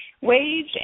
wage